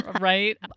right